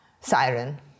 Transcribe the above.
siren